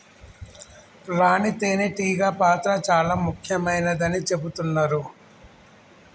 రాణి తేనే టీగ పాత్ర చాల ముఖ్యమైనదని చెబుతున్నరు